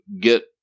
get